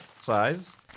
size